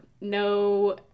No